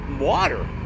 water